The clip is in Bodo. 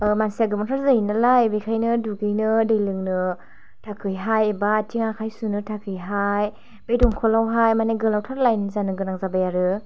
मानसिया गोबांथार जायो नालाइ बेखाइनो दुगैनो दै लोंनो थाखायहाइ बा आथिं आखाइ सुनो थाखायहाइ बे दमकल आवहाइ माने गोलावथार लाइन जानो गोनां जाबाइ आरो